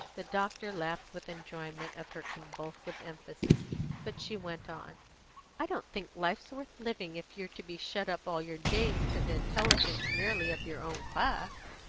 the doctor laughed with enjoyment of her convulsive emphasis but she went on i don't think life's worth living if you're to be shut up all your days to the intelligence merely of your own class.